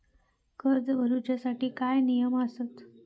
कर्ज भरूच्या साठी काय नियम आसत?